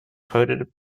quoted